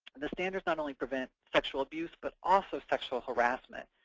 the standards not only prevent sexual abuse, but also sexual harassment.